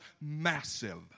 massive